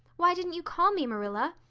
why didn't you call me, marilla?